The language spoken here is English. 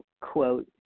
quote